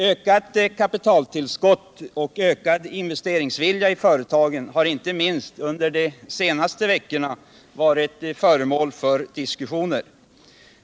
Ökat kapitaltillskott och ökad investeringsvilja i företagen har inte minst under de senaste veckorna varit föremål för diskussioner.